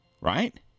Right